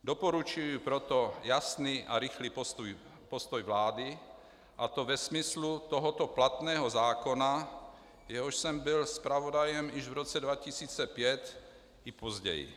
Doporučuji proto jasný a rychlý postup vlády, a to ve smyslu tohoto platného zákona, jehož jsem byl zpravodajem již v roce 2005 i později.